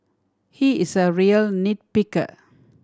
he is a real nit picker